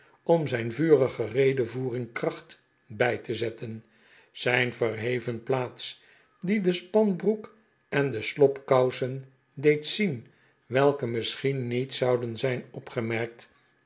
om zijh vurige redevoeririg kracht bij te zetten zijn verheven plaats die de spanbroek en de slob kousen deed zien welke misschien niet zouden zijn opgemerkt